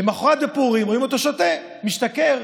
למוחרת בפורים רואים אותו שותה, משתכר.